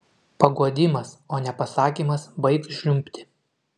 paguodimas o ne pasakymas baik žliumbti